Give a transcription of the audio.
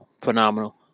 Phenomenal